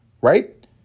right